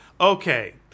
Okay